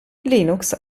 linux